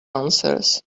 answers